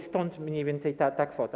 Stąd mniej więcej ta kwota.